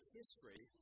history